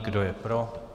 Kdo je pro?